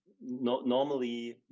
normally